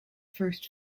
first